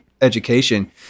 education